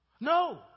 No